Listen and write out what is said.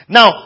Now